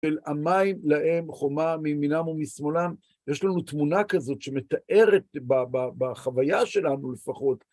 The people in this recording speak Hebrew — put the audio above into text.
של המיים להם חומה מימינם ומשמאלם. יש לנו תמונה כזאת שמתארת בחוויה שלנו לפחות...